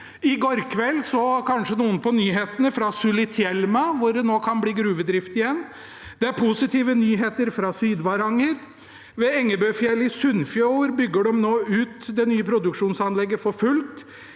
I går kveld så noen kanskje på nyhetene fra Sulitjelma, hvor det nå kan bli gruvedrift igjen. Det er positive nyheter fra Sydvaranger. Ved Engebøfjellet i Sunnfjord bygger de nå ut det nye produksjonsanlegget for fullt.